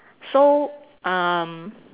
so um